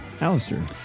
Alistair